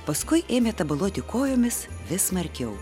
paskui ėmė tabaluoti kojomis vis smarkiau